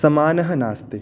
समानः नास्ति